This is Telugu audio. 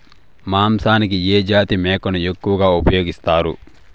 మాంసానికి ఏ జాతి మేకను ఎక్కువగా ఉపయోగిస్తారు?